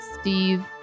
steve